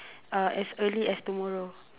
uh as early as tomorrow